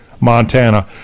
Montana